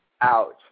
out